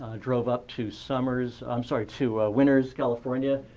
drove up to summers i'm sorry to winters, california,